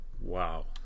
Wow